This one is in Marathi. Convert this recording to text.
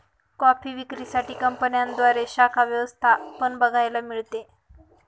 कॉफी विक्री साठी कंपन्यांद्वारे शाखा व्यवस्था पण बघायला मिळते